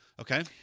Okay